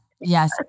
yes